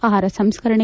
ಆಹಾರ ಸಂಸ್ಕರಣೆ